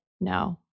no